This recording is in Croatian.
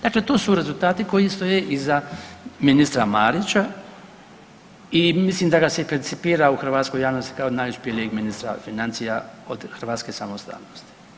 Dakle, to su rezultati koji stoje iza ministra Marića i mislim da ga se percipira u hrvatskoj javnosti kao najuspjelijeg ministra financija od hrvatske samostalnosti.